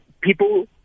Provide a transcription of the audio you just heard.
people